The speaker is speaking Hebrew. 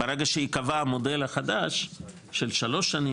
ברגע שייקבע המודל החדש של שלוש שנים,